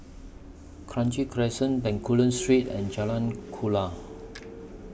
Kranji Crescent Bencoolen Street and Jalan Kuala